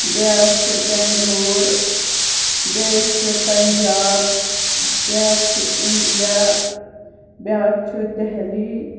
بیٛاکھ چھِ بینٛگلور بیٚیہِ چھِ پنٛجاب بیٛاکھ چھِ انٛڈیا بیٛاکھ چھِ دہلی